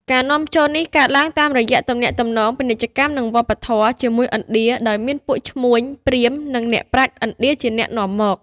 ការនាំចូលនេះកើតឡើងតាមរយៈទំនាក់ទំនងពាណិជ្ជកម្ម និងវប្បធម៌ជាមួយឥណ្ឌា ដោយមានពួកឈ្មួញ ព្រាហ្មណ៍ និងអ្នកប្រាជ្ញឥណ្ឌាជាអ្នកនាំមក។